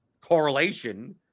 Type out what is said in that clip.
correlation